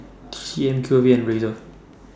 T C M Q V and Razer